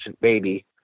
baby